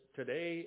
today